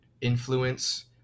influence